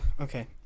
Okay